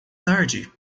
tarde